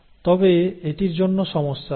তবে এটির জন্য সমস্যা আসে